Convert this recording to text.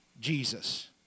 Jesus